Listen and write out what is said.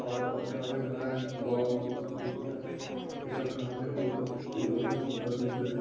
খড় খাওয়াতে হবে ঘাস গম ভুট্টা এসব খাওয়ালে গরু গরুরা খুব ভালো দুধ দেবে